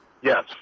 Yes